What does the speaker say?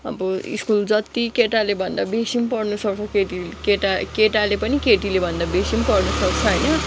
अब स्कुल जति केटालेभन्दा बेसी पनि पढ्नु सक्छ केटीले केटाले पनि केटीलेभन्दा बेसी पनि पढ्नु सक्छ होइन